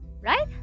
right